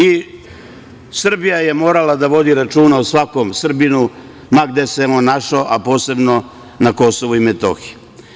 I Srbija je morala da vodi računa o svakom Srbinu, ma gde se on našao, a posebno na Kosovu i Metohiji.